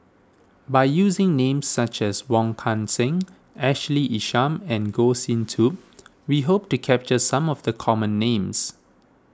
by using names such as Wong Kan Seng Ashley Isham and Goh Sin Tub we hope to capture some of the common names